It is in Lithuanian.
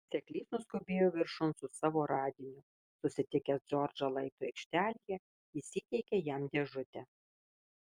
seklys nuskubėjo viršun su savo radiniu susitikęs džordžą laiptų aikštelėje jis įteikė jam dėžutę